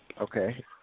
Okay